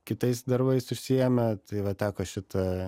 kitais darbais užsiėmę tai va teko šitą